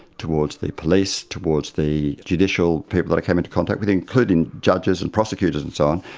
towards the police, towards the judicial people that i came into contact with, including judges and prosecutors and so on,